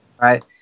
Right